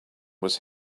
was